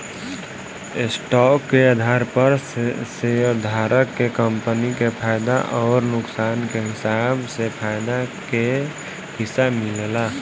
stock के आधार पर शेयरधारक के कंपनी के फायदा अउर नुकसान के हिसाब से फायदा के हिस्सा मिलेला